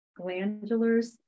glandulars